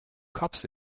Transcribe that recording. cops